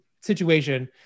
situation